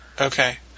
Okay